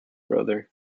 brother